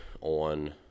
on